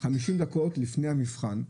חמישים דקות לפני המבחן,